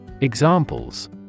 Examples